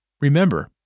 Remember